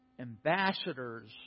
ambassadors